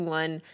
one